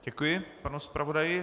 Děkuji panu zpravodaji.